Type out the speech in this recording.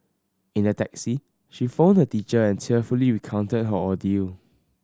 in the taxi she phoned a teacher and tearfully recounted her ordeal